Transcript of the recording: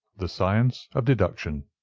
the science of deduction.